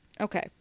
Okay